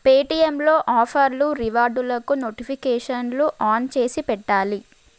పేటిఎమ్లో ఆఫర్లు రివార్డులకు నోటిఫికేషన్లు ఆన్ చేసి పెట్టాలి